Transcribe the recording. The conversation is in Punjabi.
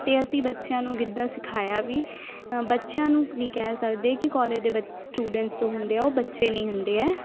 ਅਤੇ ਅਸੀਂ ਬੱਚਿਆਂ ਨੂੰ ਗਿੱਧਾ ਸਿਖਾਇਆ ਵੀ ਬੱਚਿਆਂ ਨੂੰ ਨਹੀਂ ਕਹਿ ਸਕਦੇ ਕਿ ਕੋਲੇਜ ਦੇ ਬੱ ਸਟੂਡੈਂਟਸ ਜੋ ਹੁੰਦੇ ਆ ਉਹ ਬੱਚੇ ਨਹੀਂ ਹੁੰਦੇ ਹੈ